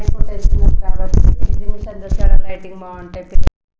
అయిపో టెన్షన్ ఉంది కాబట్టి ఎగ్జిబిషన్ చూశారా లైటింగ్ బాగుంటాయి పిల్లలకి